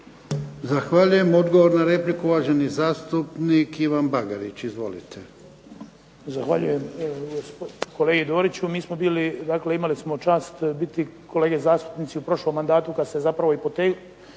Zahvaljujem. Odgovor na repliku uvaženi zastupnik Ivan Bagarić. Izvolite. **Bagarić, Ivan (HDZ)** Zahvaljujem kolegi Doriću. Mi smo bili, dakle imali smo čas biti kolege zastupnici u prošlom mandatu kad se zapravo i pokrenulo